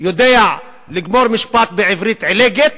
יודע לגמור משפט בעברית עילגת,